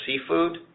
Seafood